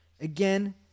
Again